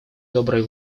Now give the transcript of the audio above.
доброй